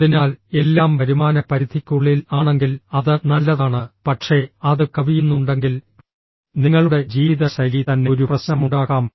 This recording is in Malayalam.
അതിനാൽ എല്ലാം വരുമാന പരിധിക്കുള്ളിൽ ആണെങ്കിൽ അത് നല്ലതാണ് പക്ഷേ അത് കവിയുന്നുണ്ടെങ്കിൽ നിങ്ങളുടെ ജീവിതശൈലി തന്നെ ഒരു പ്രശ്നമുണ്ടാക്കാം